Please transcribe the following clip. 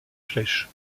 flèches